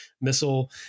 missile